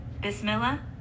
Bismillah